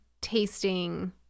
tasting